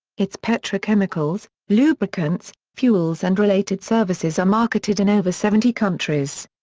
its petrochemicals, lubricants, fuels and related services are marketed in over seventy countries.